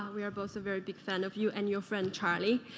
we are both a very big fan of you and your friend charlie.